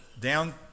down